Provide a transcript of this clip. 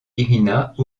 irina